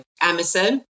Amazon